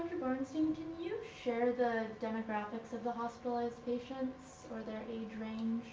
borenstein, can you share the demographics of the hospitalized patients? or their age range?